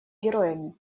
героями